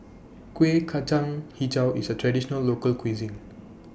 Kuih Kacang Hijau IS A Traditional Local Cuisine